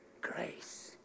grace